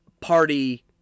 Party